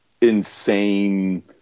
insane